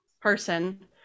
person